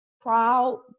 proud